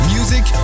Music